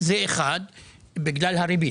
- זה בגלל הריבית.